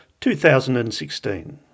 2016